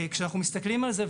כשאנו מסתכלים על זה,